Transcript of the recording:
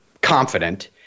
confident